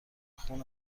خون